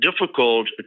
difficult